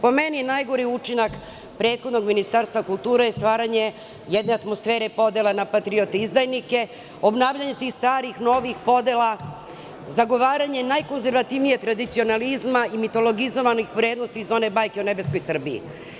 Po meni najgori učinak prethodnog ministarstva kulture je stvaranje jedne atmosfere podele na patriote i izdajnike, obnavljanje tih starih, novih podela, zagovaranje najkonzervativnijeg tradicionalizma i mitilogizovanih vrednosti iz one bajke o nebeskoj Srbiji.